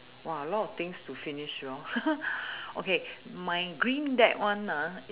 !wah! a lot of things to finish you know okay my green deck one ah